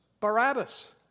Barabbas